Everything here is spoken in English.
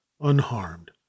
unharmed